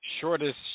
shortest